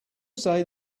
say